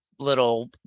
little